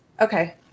Okay